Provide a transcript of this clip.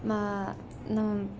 ம நம்